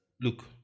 look